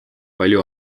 palju